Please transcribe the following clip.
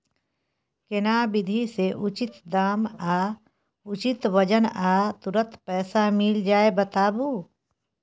केना विधी से उचित दाम आ उचित वजन आ तुरंत पैसा मिल जाय बताबू?